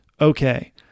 okay